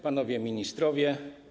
Panowie Ministrowie!